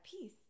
peace